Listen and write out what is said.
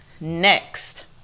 next